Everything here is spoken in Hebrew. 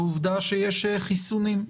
העובדה שיש חיסונים.